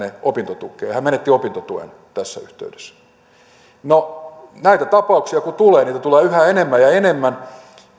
opintotukeen hän menetti opintotuen tässä yhteydessä näitä tapauksia kun tulee niitä tulee yhä enemmän ja enemmän